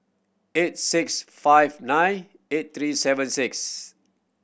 eight six five nine eight three seven six